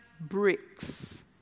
bricks